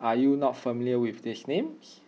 are you not familiar with these names